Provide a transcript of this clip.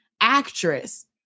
actress